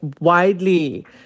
widely